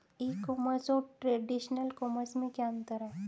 ई commerce और traditional commerce में क्या अंतर है?